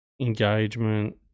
engagement